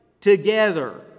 together